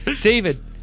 David